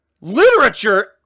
literature